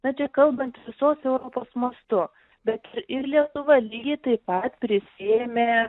na čia kalbant visos europos mastu bet ir lietuva lygiai taip pat prisiėmė